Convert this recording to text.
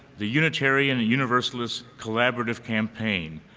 the unitarian universalist collaborative campaign.